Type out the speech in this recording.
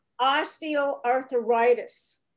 osteoarthritis